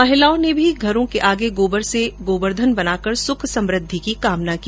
महिलाओं ने भी घरों के आगे गोबर से गोवर्धन बनाकर सुख समृद्धि की कामना की